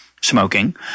smoking